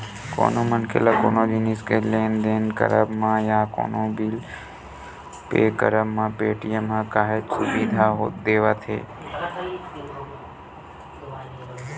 कोनो मनखे ल कोनो जिनिस के लेन देन करब म या कोनो बिल पे करब म पेटीएम ह काहेच सुबिधा देवथे